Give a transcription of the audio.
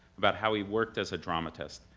about how he worked as a dramatist,